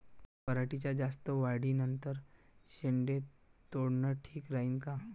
पराटीच्या जास्त वाढी नंतर शेंडे तोडनं ठीक राहीन का?